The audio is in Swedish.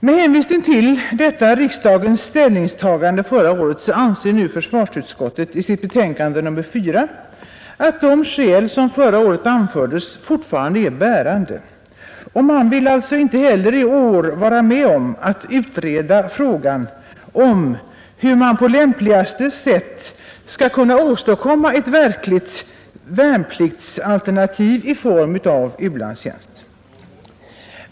Med hänvisning till detta riksdagens ställningstagande förra året anser nu försvarsutskottet i sitt betänkande nr 4 att de skäl som förra året anfördes fortfarande är bärande. Utskottet vill alltså inte vara med om att utreda frågan om hur man på lämpligaste sätt skall kunna åstadkomma ett verkligt värnpliktsalternativ i form av u-landstjänst.